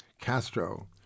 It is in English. Castro